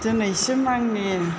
दिनैसिम आंनि